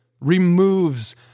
removes